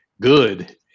good